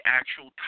actual